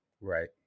Right